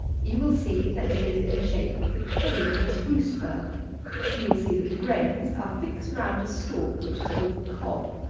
you will see that it is in the shape of the cone of a spruce fir you will see that the grains are fixed round a stalk which is called the cob.